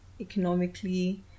economically